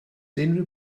unrhyw